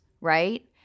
right